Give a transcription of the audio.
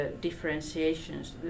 differentiations